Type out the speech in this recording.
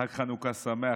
חג חנוכה שמח.